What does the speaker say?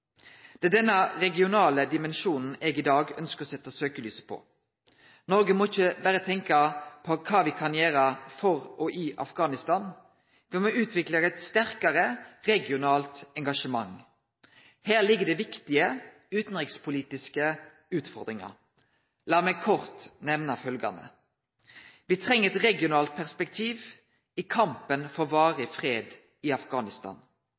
er denne regionale dimensjonen eg i dag ønskjer å setje søkelyset på. Norge må ikkje berre tenkje på kva me kan gjere for og i Afghanistan. Me må utvikle eit sterkare regionalt engasjement, og her ligg det viktige utanrikspolitiske utfordringar. La meg kort nemne følgjande: Me treng eit regionalt perspektiv i kampen for ein varig fred i Afghanistan.